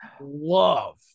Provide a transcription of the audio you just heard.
love